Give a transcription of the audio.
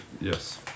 yes